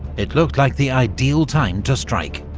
it looked like the ideal time to strike.